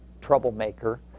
troublemaker